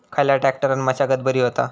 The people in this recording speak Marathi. खयल्या ट्रॅक्टरान मशागत बरी होता?